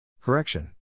Correction